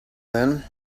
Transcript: then